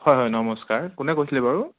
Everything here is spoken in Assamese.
হয় হয় নমস্কাৰ কোনে কৈছিলে বাৰু